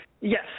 Yes